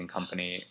Company